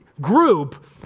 group